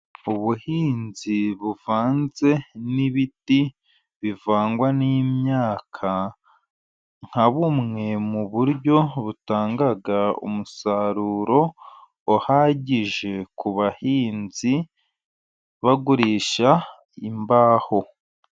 Ubuhinzi buvanze n'ibiti bivangwa n'imyaka, nka bumwe mu buryo butanga umusaruro uhagije, ku bahinzi bagurisha imbaho.